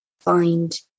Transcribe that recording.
find